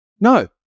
No